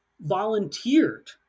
volunteered